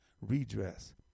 redress